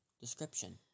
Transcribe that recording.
description